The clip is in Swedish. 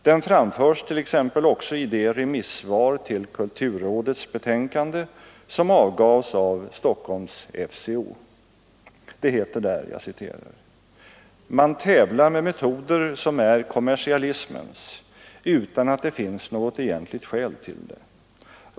Den framförs t.ex. också i det remissvar till kulturrådets betänkande som avgavs av Stockholms FCO. Det heter där: ”Man tävlar med metoder som är kommersialismens, utan att det finns något egentligt skäl till det.